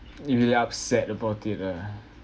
you really upset about it ah